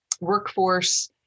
workforce